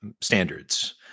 standards